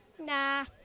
Nah